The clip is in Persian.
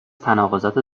تناقضات